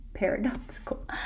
paradoxical